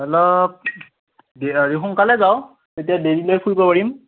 অলপ জিৰাবি সোনকালে যাওঁ তেতিয়া দেৰিলৈ ফুৰিব পাৰিম